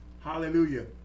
hallelujah